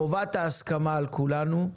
חובת ההסכמה על כולנו.